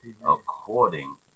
according